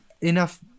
enough